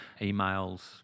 Emails